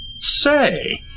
Say